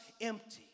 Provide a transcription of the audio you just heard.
empty